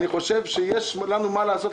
אני חושב שיש לנו מה לעשות,